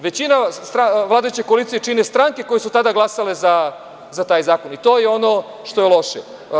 Većina vladajuće koalicije čine stranke koje su tada glasale za taj zakon i to je ono što je loše.